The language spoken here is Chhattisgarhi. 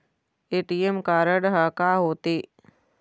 ए.टी.एम कारड हा का होते?